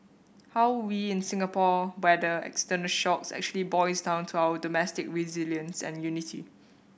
how we in Singapore weather external shocks actually boils down to our domestic resilience and unity